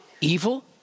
evil